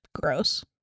gross